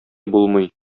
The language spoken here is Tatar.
булмый